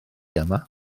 yma